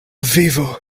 vivo